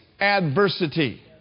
adversity